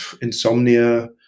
insomnia